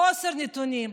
חוסר נתונים,